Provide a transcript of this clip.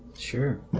Sure